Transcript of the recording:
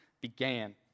began